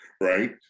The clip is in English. right